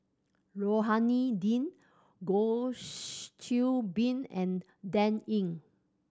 Rohani Din Goh Qiu Bin and Dan Ying